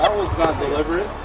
not deliberate.